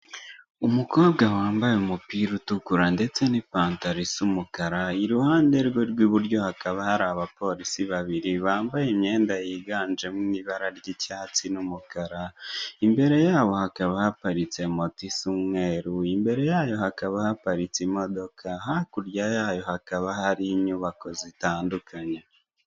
Umukobwa wambaye umupira utukura, ndetse n'ipantalo isa umukara, iruhande rwe rw'iburyo hakaba hari abapolisi babiri bambaye imyenda yiganjemo ibara ry'icyatsi n'umukara, imbere yabo hakaba haparitse moto isa umweru, imbere yayo hakaba haparitse imodoka, hakurya yayo hakaba hari inyubako zitandukanye.